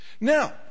Now